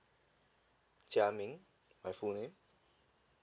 jia ming my full name